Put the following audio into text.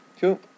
Cool